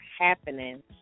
happening